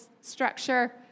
structure